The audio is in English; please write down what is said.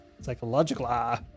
Psychological